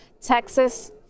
Texas